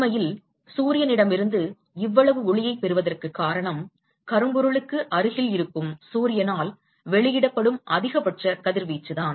உண்மையில் சூரியனிடமிருந்து இவ்வளவு ஒளியைப் பெறுவதற்குக் காரணம் கரும்பொருளுக்கு அருகில் இருக்கும் சூரியனால் வெளியிடப்படும் அதிகபட்ச கதிர்வீச்சுதான்